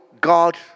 God